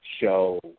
show